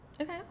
Okay